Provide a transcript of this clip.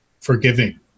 forgiving